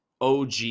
OG